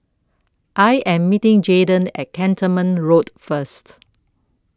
I Am meeting Jaden At Cantonment Road First